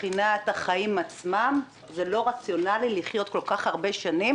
מבחינת החיים עצמם זה לא רציונלי לחיות כל כך הרבה שנים